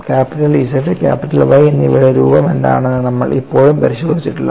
capital Z capital Y എന്നിവയുടെ രൂപമെന്താണെന്ന് നമ്മൾ ഇപ്പോഴും പരിശോധിച്ചിട്ടില്ല